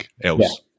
else